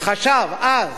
חשב אז